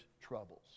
troubles